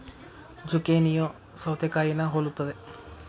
ಜುಕೇನಿಯೂ ಸೌತೆಕಾಯಿನಾ ಹೊಲುತ್ತದೆ